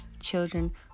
children